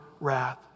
wrath